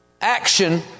Action